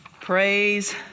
Praise